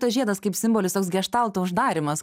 tas žiedas kaip simbolis toks geštalto uždarymas ka